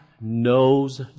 knows